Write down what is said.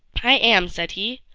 i am, said he.